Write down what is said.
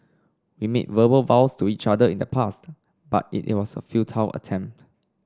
we made verbal vows to each other in the past but it was a futile attempt